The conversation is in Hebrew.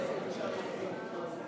זהבה ביקשה להוסיף את שמה.